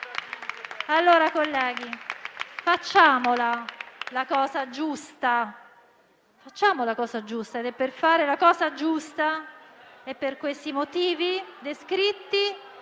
Allora, colleghi, facciamo la cosa giusta e per fare la cosa giusta e per i motivi descritti